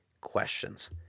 questions